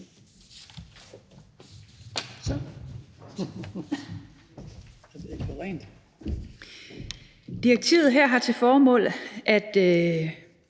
Direktivet her har til formål at